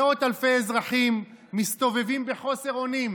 מאות אלפי אזרחים מסתובבים בחוסר אונים.